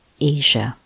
Asia